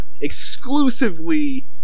exclusively